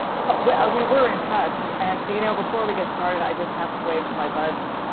well, we were in touch. and, you know, before we get started, i just have to wave to my buds,